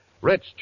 Rich